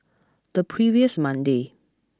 the previous Monday